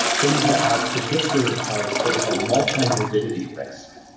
things that are predictors of what we call multimer morbidity risk.